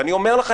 ואני אומר לך,